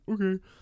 okay